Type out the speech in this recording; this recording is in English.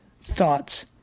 thoughts